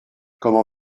comment